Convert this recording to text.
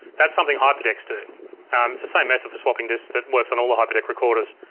that's something hyperdecks do. it's the same method for swapping disks that works on all the hyperdeck recorders,